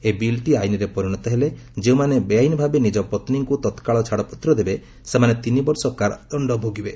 ଏହି ବିଲ୍ଟି ଆଇନ୍ରେ ପରିଣତ ହେଲେ ଯେଉଁମାନେ ବେଆଇନ୍ ଭାବେ ନିଜ ପତ୍ନୀଙ୍କୁ ତତ୍କାଳ ଛାଡ଼ପତ୍ର ଦେବେ ସେମାନେ ତିନିବର୍ଷ କାରଦଣ୍ଡ ଭୋଗିବେ